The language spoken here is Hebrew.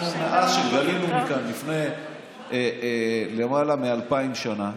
מאז שגלינו מכאן לפני למעלה מאלפיים שנה,